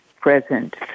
present